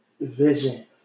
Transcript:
Vision